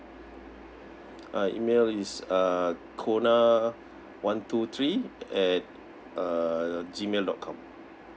uh email is uh cona one two three at uh G mail dot com